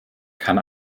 kann